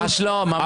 ממש לא.